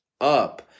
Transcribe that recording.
up